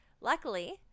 Luckily